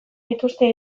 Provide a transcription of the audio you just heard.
dituzte